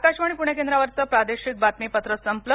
आकाशवाणी पणे केंद्रावरचं प्रादेशिक बातमीपत्र संपलं